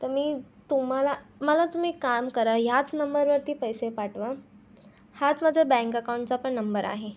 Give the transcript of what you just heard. तर मी तुम्हाला मला तुम्ही काम करा ह्याच नंबरवरती पैसे पाठवा हाच माझा बँक अकाउंटचापण नंबर आहे